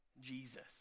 Jesus